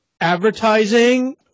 advertising